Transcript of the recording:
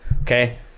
Okay